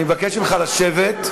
אני מבקש ממך לשבת.